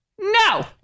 no